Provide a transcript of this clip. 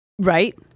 right